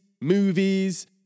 movies